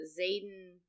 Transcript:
Zayden